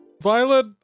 Violet